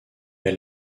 est